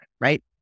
right